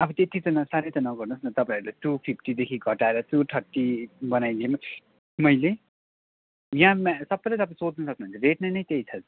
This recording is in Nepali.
अब त्यति त न साह्रै त नगर्नुहोस् न तपाईँहरूले टू फिफ्टीदेखि घटाएर टू थर्टी बनाइदिए मैले यहाँ म्या सबैलाई तपाईँ सोध्नु सक्नुहुन्छ रेट नै नै त्यही छ